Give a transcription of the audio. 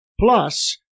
plus